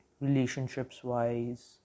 relationships-wise